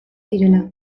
zirela